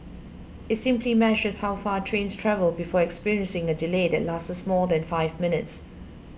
it simply measures how far trains travel before experiencing a delay that lasts for more than five minutes